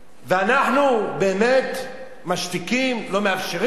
ואנחנו באמת משתיקים, לא מאפשרים?